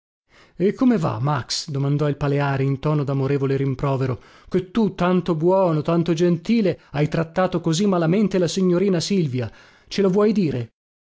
e come va max domandò il paleari in tono damorevole rimprovero che tu tanto buono tanto gentile hai trattato così malamente la signorina silvia ce lo vuoi dire